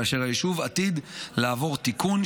כאשר היישוב עתיד לעבור תיקון,